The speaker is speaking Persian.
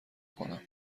کنم